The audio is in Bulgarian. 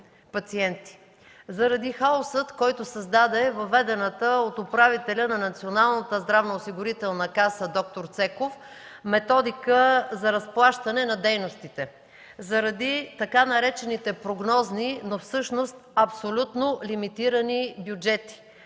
пациенти заради хаоса, който създаде въведената от управителя на Националната здравноосигурителна каса д-р Цеков методика за разплащане на дейностите, заради така наречените „прогнозни”, но всъщност абсолютно лимитирани бюджети.